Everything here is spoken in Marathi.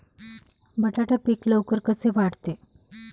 बटाटा पीक लवकर कसे वाढते?